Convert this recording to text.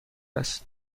است